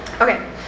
Okay